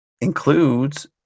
includes